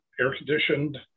air-conditioned